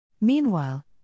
Meanwhile